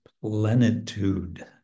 plenitude